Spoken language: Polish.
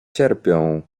cierpią